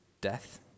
death